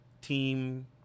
team